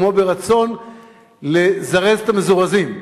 כמו מרצון לזרז את המזורזים.